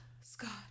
Scott